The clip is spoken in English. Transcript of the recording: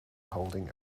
holding